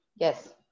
Yes